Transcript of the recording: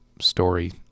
story